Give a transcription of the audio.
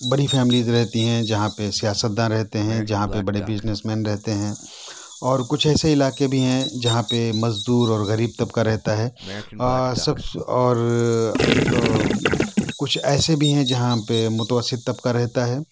بڑی فیملیز رہتی ہیں جہاں پہ سیاستداں رہتے ہیں جہاں پہ بڑے بزنس مین رہتے ہیں اور کچھ ایسے علاقے بھی ہیں جہاں پہ مزدور اور غریب طبقہ رہتا ہے اور سب سے اور کچھ ایسے بھی ہیں جہاں پہ متوسط طبقہ رہتا ہے